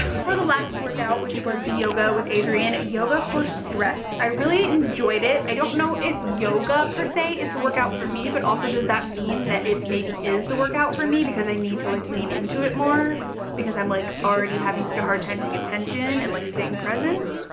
for the last workout which was the yoga with adriene, and yoga for stress. i really enjoyed it, i don't know if yoga per se is the workout for me, but also does that mean that it maybe is the workout for me? because i need to like lean into it more because i'm like already having such a hard time paying attention and like staying present.